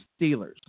Steelers